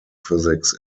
physics